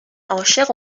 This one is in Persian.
عاشق